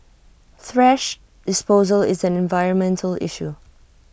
thrash disposal is an environmental issue